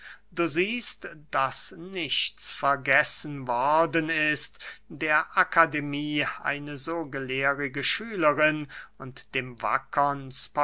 du siehst daß nichts vergessen worden ist der akademie eine so gelehrige schülerin und dem wackern